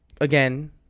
again